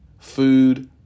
food